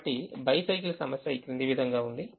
కాబట్టి బైసైకిల్ సమస్య ఈ క్రింది విధంగా ఉంది